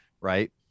Right